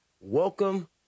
Welcome